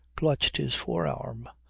clutched his forearm,